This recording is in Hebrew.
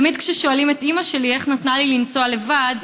תמיד כששואלים את אימא שלי איך נתנה לי לנסוע לבד,